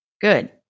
good